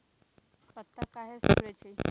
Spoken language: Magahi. पत्ता काहे सिकुड़े छई?